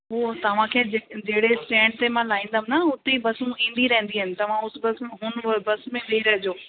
उहो तव्हांखे जिति जहिड़े स्टेंड ते मां लाहींदमि न हुते बसूं ईंदी रहंदी आहिनि तव्हां उन बस मे हुन बस में वेही रहिजो